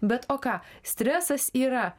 bet o ką stresas yra